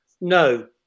No